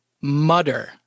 mutter